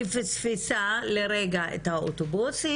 היא פספסה לרגע את האוטובוס,